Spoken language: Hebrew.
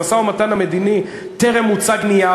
במשא-ומתן המדיני טרם הוצג נייר.